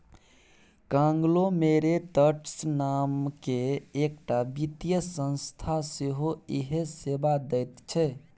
conglomerates नामकेँ एकटा वित्तीय संस्था सेहो इएह सेवा दैत छै